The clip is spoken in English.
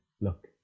look